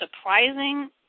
surprising